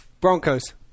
Broncos